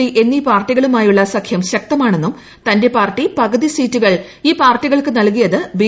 D എന്നീ പാർട്ടികളുമായുള്ള സഖ്യം ശ്ക്തമാണെന്നും തന്റെ പാർട്ടി പകുതി സീറ്റുകൾ ഈ പാർട്ടികൾക്ക് നൽകിയത് ബി